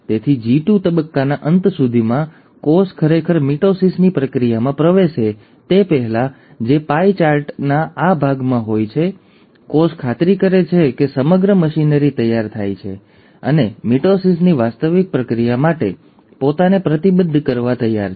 તેથી જી2 તબક્કાના અંત સુધીમાં કોષ ખરેખર મિટોસિસની પ્રક્રિયામાં પ્રવેશે તે પહેલાં જે પાઇ ચાર્ટના આ ભાગમાં હોય છે કોષ ખાતરી કરે છે કે સમગ્ર મશીનરી તૈયાર છે અને મિટોસિસની વાસ્તવિક પ્રક્રિયા માટે પોતાને પ્રતિબદ્ધ કરવા તૈયાર છે